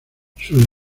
sus